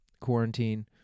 quarantine